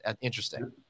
interesting